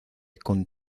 con